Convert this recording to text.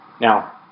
Now